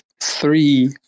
three